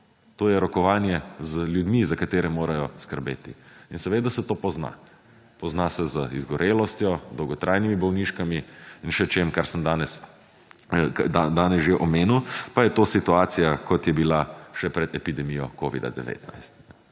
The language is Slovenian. to je rokovanje z ljudmi, za katere morajo skrbeti in seveda se to pozna, pozna se z izgorelostjo, dolgotrajnimi bolniškami in še čim, kar sem danes že omenil, pa je to situacija, kot je bila še pred epidemijo Covid-19.